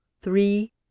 Three